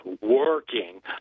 working